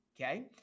okay